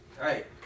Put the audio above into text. Right